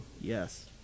yes